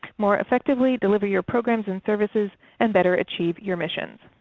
more effectively deliver your programs and services, and better achieve your missions.